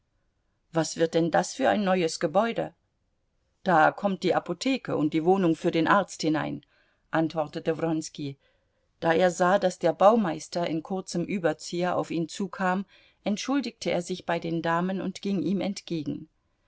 was wird denn das für ein neues gebäude da kommt die apotheke und die wohnung für den arzt hinein antwortete wronski da er sah daß der baumeister in kurzem überzieher auf ihn zukam entschuldigte er sich bei den damen und ging ihm entgegen